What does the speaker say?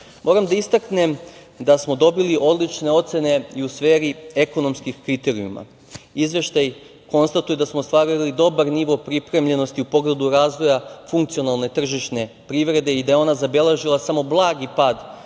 da istaknem da smo dobili odlične ocene i u sferi ekonomskih kriterijuma. Izveštaj konstatuje da smo ostvarili dobar nivo pripremljenosti u pogledu razvoja funkcionalne tržišne privrede i da je ona zabeležila samo blagi pad